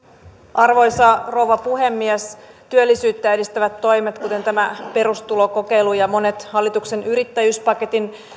arvoisa rouva puhemies työllisyyttä edistävät toimet kuten tämä perustulokokeilu ja monet hallituksen yrittäjyyspaketin